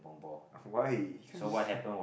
why can't you just